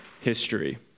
history